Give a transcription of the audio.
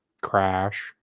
crash